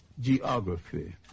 geography